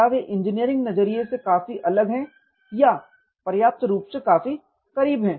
क्या वे इंजीनियरिंग के नजरिए से काफी अलग हैं या पर्याप्त रूप से करीब हैं